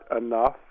enough